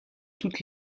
toutes